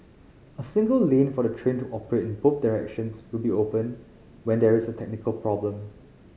a single lane for the train to operate in both directions will be open when there is a technical problem